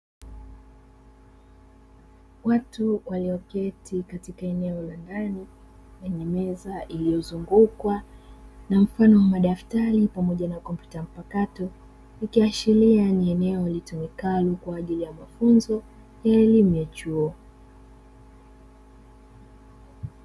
Watu walioketi katika eneo la ndani yenye meza iliyozungukwa na mfano wa madaftari pamoja na kompyuta mpakato, ikiashiria ni eneo litumikalo kwa ajili ya mafunzo ya elimu ya chuo.